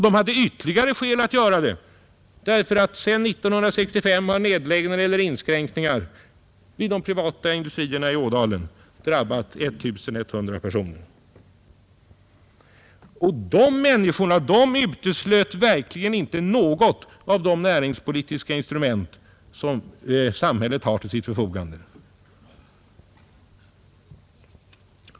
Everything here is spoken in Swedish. De hade ytterligare skäl att göra det, därför att sedan 1965 har nedläggningar eller inskränkningar i de privata industrierna i Ådalen drabbat 1 100 personer. De människorna uteslöt verkligen inte något av de näringspolitiska instrument som samhället har till sitt förfogande.